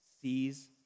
sees